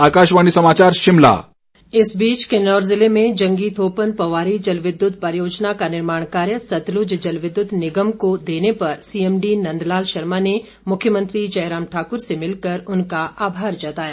आभार इस बीच किन्नौर जिले में जंगी थोपन पोवारी जलविद्युत परियोजना का निर्माण कार्य सतलुज जलविद्युत निगम समिति को देने पर सीएमडी नंद लाल शर्मा ने मुख्यमंत्री जयराम ठाकुर से मिलकर उनका आभार जताया